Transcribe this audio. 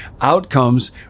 Outcomes